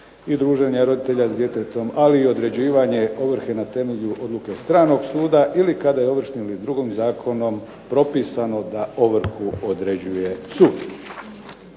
i druženja roditelja s djetetom, ali i određivanje ovrhe na temelju odluke stranog suda ili kada je ovršnim ili drugim zakonom propisano da ovrhu određuje sud.